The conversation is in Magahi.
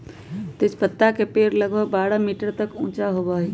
तेजपत्ता के पेड़ लगभग बारह मीटर तक ऊंचा होबा हई